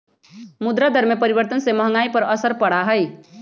मुद्रा दर में परिवर्तन से महंगाई पर असर पड़ा हई